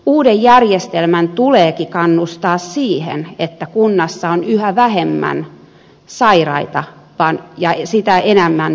uuden järjestelmän tuleekin kannustaa siihen että kunnassa on yhä vähemmän sairaita ja yhä enemmän terveitä